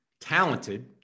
talented